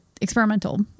experimental